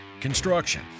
construction